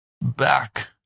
back